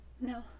No